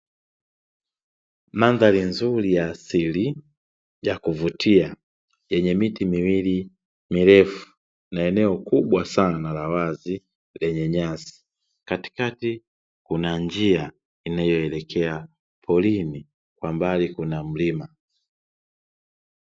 Mandhari nzuri ya asili ya kuvutia yenye miti miwili mirefu, na eneo kubwa sana la wazi lenye nyasi. Katikati kuna njia inayoelekea porini, kwa mbali kuna mlima.